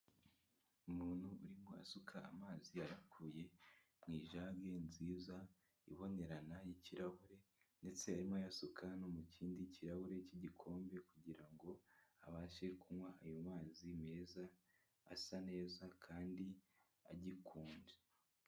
Umuntu urimo asuka amazi ayakuye mu ijage nziza, ibonerana y'ikirahure ndetse arimo ayasuka no mu kindi kirahure cy'igikombe kugira ngo abashe kunywa ayo mazi meza asa neza kandi agikonje.